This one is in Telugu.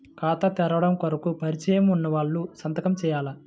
ఖాతా తెరవడం కొరకు పరిచయము వున్నవాళ్లు సంతకము చేయాలా?